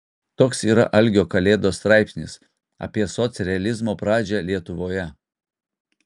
toks yra algio kalėdos straipsnis apie socrealizmo pradžią lietuvoje